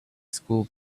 school